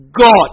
God